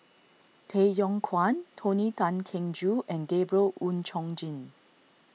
Tay Yong Kwang Tony Tan Keng Joo and Gabriel Oon Chong Jin